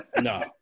No